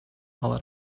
алар